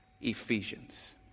Ephesians